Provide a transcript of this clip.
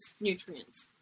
nutrients